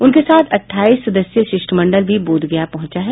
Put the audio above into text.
उनके साथ अट्ठाईस सदस्यीय शिष्टमंडल भी बोधगया पहुंचा है